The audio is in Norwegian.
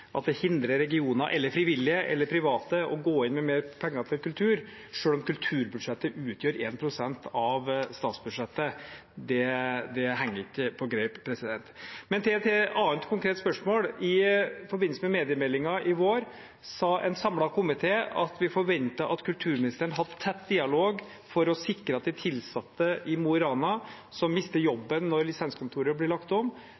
at det hindrer regioner, frivillige eller private fra å gå inn med mer penger til kultur selv om kulturbudsjettet utgjør 1 pst. av statsbudsjettet. Det henger ikke på greip. Men til et annet konkret spørsmål: I forbindelse med mediemeldingen i vår sa en samlet komité at vi forventet at kulturministeren hadde tett dialog for å sikre at de tilsatte i Mo i Rana som mister jobben når lisenskontoret blir lagt om,